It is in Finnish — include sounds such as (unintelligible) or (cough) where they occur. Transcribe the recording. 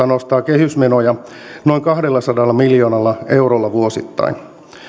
(unintelligible) nostaa kehysmenoja noin kahdellasadalla miljoonalla eurolla vuosittain